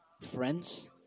friends